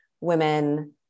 women